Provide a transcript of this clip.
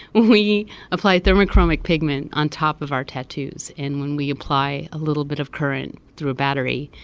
we applied thermochromic pigment on top of our tattoos. and when we apply a little bit of current through a battery,